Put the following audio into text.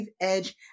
edge